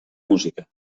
música